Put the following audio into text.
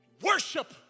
Worship